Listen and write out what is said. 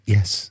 Yes